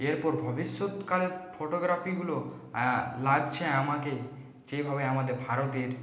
এর পরে ভবিষ্যৎকালে ফটোগ্রাফিগুলো লাগছে আমাকে যেইভাবে আমাদের ভারতের